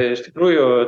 iš tikrųjų